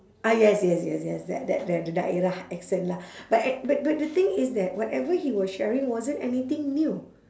ah yes yes yes yes that that that the accent lah but act~ but but the thing is that whatever he was sharing wasn't anything new